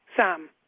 Sam